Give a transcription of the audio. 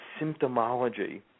symptomology